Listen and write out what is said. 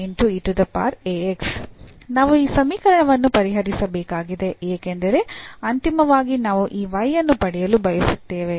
ನಾವು ಈ ಸಮೀಕರಣವನ್ನು ಪರಿಹರಿಸಬೇಕಾಗಿದೆ ಏಕೆಂದರೆ ಅಂತಿಮವಾಗಿ ನಾವು ಈ y ಅನ್ನು ಪಡೆಯಲು ಬಯಸುತ್ತೇವೆ